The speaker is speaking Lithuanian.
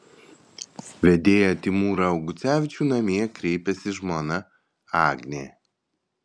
vedėją timūrą augucevičių namie kreipiasi žmona agnė